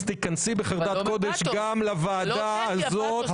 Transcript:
אז תיכנסי בחרדת קודש גם לוועדה הזאת.